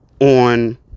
on